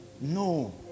No